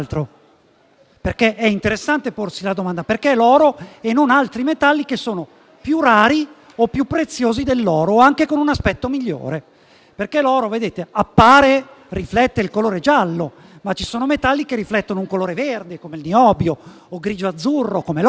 È interessante porsi la domanda: perché l'oro e non altri metalli che sono più rari o più preziosi dell'oro e anche con un aspetto migliore? Infatti, l'oro riflette il colore giallo, ma ci sono metalli che riflettono un colore verde, come il niobio, o grigio-azzurro come l'osmio,